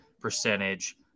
percentage